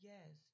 Yes